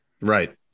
Right